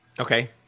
okay